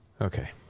Okay